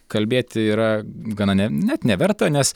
kalbėti yra gana ne net neverta nes